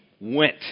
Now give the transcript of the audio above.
went